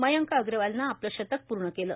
मयंक अप्रवालनं आपलं तक प्रूर्ण केलं